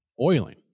oiling